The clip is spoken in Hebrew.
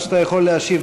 מה שאתה יכול להשיב,